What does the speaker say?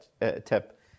tip